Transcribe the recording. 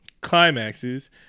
climaxes